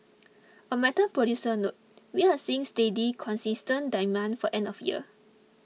a metal producer noted we are seeing steady consistent demand for end of year